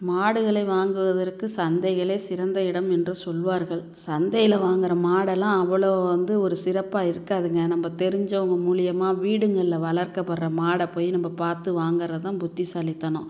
மாடுகளை வாங்குவதற்கு சந்தைகளே சிறந்த இடம் என்று சொல்வார்கள் சந்தையில் வாங்கிற மாடெல்லாம் அவ்வளோ வந்து ஒரு சிறப்பாக இருக்காதுங்க நம்ம தெரிஞ்சவங்க மூலிமா வீடுங்களில் வளர்க்கப்படுற மாடை போய் நம்ம பார்த்து வாங்கிறது தான் புத்திசாலித்தனம்